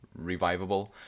revivable